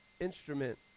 instrument